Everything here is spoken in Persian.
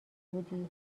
بودی